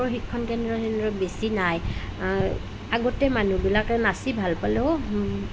প্ৰশিক্ষণ কেন্দ্ৰ চেন্দ্ৰ বেছি নাই আগতে মানুহবিলাকে নাচি ভাল পালেও